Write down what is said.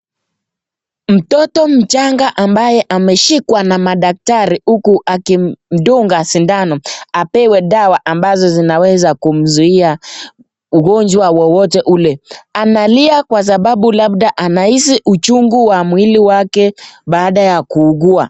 Mtoto mchanga ambaye ameshikwa na madaktari uku akimdunga sindano apewe dawa ambazo zinaweza kumzuia ugonjwa wowote ule, analia kwa sababu labda anahisi uchungu wa mwili wake baada ya kuugua.